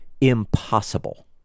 impossible